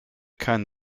kein